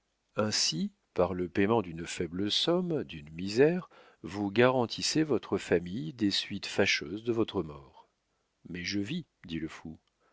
ainsi par le payement d'une faible somme d'une misère vous garantissez votre famille des suites fâcheuses de votre mort mais je vis dit le fou